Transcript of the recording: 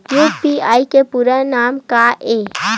UPI के पूरा नाम का ये?